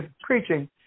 preaching